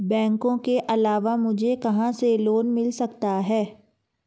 बैंकों के अलावा मुझे कहां से लोंन मिल सकता है?